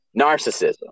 narcissism